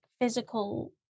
physical